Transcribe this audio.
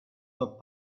were